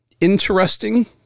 interesting